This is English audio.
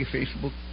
Facebook